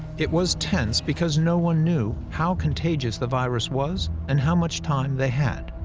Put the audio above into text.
it was tense because no one knew how contagious the virus was and how much time they had.